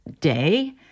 day